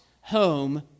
home